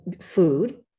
food